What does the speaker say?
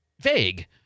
vague